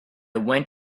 went